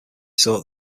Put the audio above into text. sought